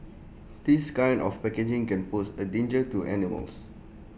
this kind of packaging can pose A danger to animals